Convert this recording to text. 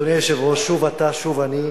אדוני היושב-ראש, שוב אתה, שוב אני,